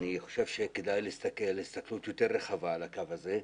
אני חושב שכדאי להסתכל הסתכלות יותר רחבה על הקו הזה,